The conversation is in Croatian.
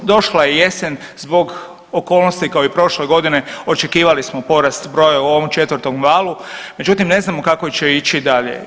Došla je jesen zbog okolnosti kao i prošle godine očekivali smo porast broja u ovom 4. valu, međutim ne znamo kako će ići dalje.